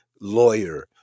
lawyer